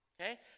okay